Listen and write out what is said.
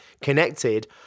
connected